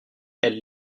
elles